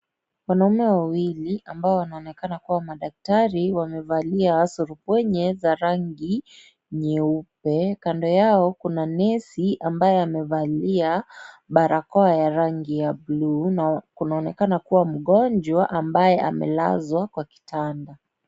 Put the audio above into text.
Wanaume wawili ambao wanaonekana kuwa madaktari wamevalia surupwenye za rangi nyeupe. Kando yao kuna nesi ambaye amevalia barakoa ya rangi ya buluu na kunaonekana kuwa mgonjwa ambaye amelazwa kwa kitanda.